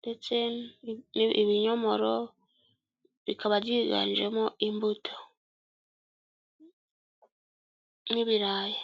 ndetse ibinyomoro; rikaba ryiganjemo imbuto n'ibirayi.